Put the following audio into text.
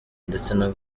ndetse